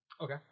Okay